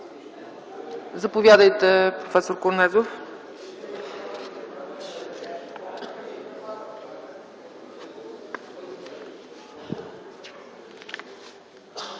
Заповядайте, проф. Корнезов.